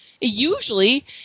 usually